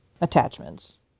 attachments